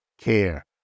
care